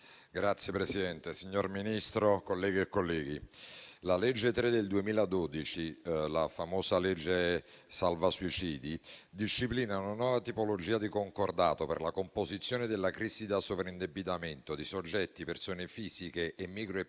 Signor Presidente, signor Ministro, colleghe e colleghi, la legge n. 3 del 2012, la famosa legge salva-suicidi, disciplina una nuova tipologia di concordato per la composizione della crisi da sovraindebitamento di soggetti, persone fisiche e micro e